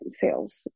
sales